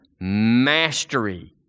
Mastery